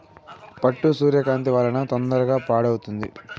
పట్టు సూర్యకాంతి వలన తొందరగా పాడవుతుంది